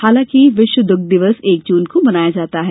हालाँकि विश्व द्रग्ध दिवस एक जून को मनाया जाता है